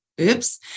Oops